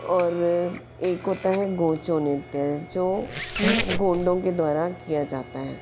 और एक होता है गोंचो नृत्य जो गोंडों के द्वारा किया जाता है